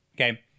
okay